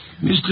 Mr